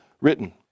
written